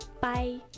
bye